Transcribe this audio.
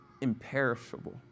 imperishable